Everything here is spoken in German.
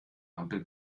ampel